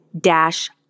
dash